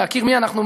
להכיר מי אנחנו,